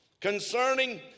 concerning